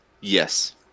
Yes